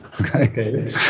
Okay